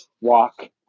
walk